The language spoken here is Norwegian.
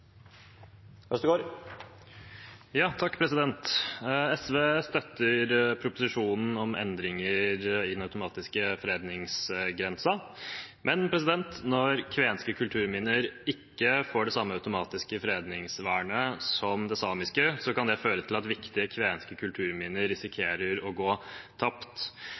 SV støtter proposisjonen om endringer i den automatiske fredningsgrensen. Men når kvenske kulturminner ikke får det samme automatiske fredningsvernet som de samiske, kan det føre til at viktige kvenske kulturminner risikerer å gå tapt.